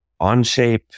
Onshape